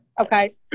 Okay